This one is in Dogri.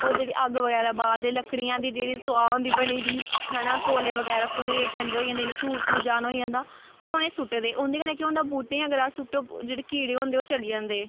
ओह् जेह्ड़ी अग्ग बगैरा बालदे लकड़ियां दी जेह्ड़ी स्वाह् होंदी बनी दी है ना कोले बगैरा पूरे ठंडे होई जंदे इ'यां चूर भूर जन होई जंदा ओह् उ'नेंगी सुट्टदे उं'दे कन्नै केह् होंदे बहूटे पर अगर अस सूट्टो जेह्ड़े कीड़े होंदे ओह् चली जंदे